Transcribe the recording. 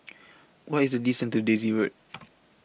What IS The distance to Daisy Road